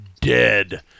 dead